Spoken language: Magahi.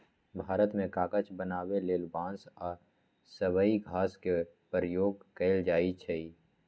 भारत मे कागज बनाबे लेल बांस आ सबइ घास के व्यवहार कएल जाइछइ